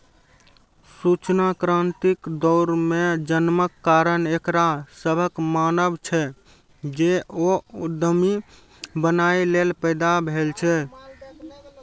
सूचना क्रांतिक दौर मे जन्मक कारण एकरा सभक मानब छै, जे ओ उद्यमी बनैए लेल पैदा भेल छै